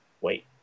wait